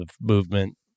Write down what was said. movement